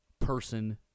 person